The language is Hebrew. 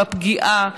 בפגיעה,